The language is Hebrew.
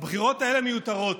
הבחירות האלה מיותרות.